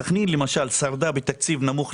סכנין למשל שרדה בתקציב נמוך,